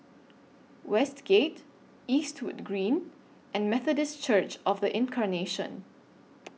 Westgate Eastwood Green and Methodist Church of The Incarnation